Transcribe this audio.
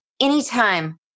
anytime